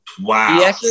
Wow